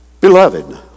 Beloved